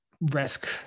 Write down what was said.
risk